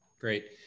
Great